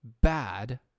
bad